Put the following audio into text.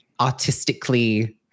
artistically